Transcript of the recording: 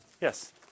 Yes